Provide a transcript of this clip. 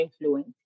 influence